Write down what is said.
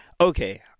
Okay